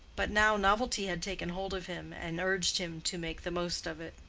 but now novelty had taken hold of him and urged him to make the most of it.